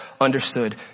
understood